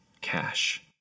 Cash